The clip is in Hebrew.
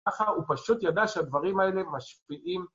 ככה הוא פשוט ידע שהדברים האלה משפיעים...